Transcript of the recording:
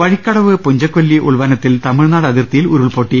വഴിക്കടവ് പുഞ്ചക്കൊല്ലി ഉൾവനത്തിൽ തമിഴ്നാട് അതിർത്തിയിൽ ഉരുൾപൊട്ടി